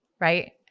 right